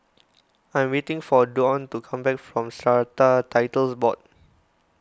I am waiting for Dawne to come back from Strata Titles Board